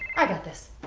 i got this.